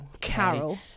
Carol